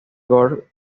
gol